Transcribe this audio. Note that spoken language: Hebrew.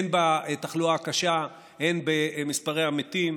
הן בתחלואה הקשה, הן במספר המתים,